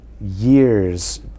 years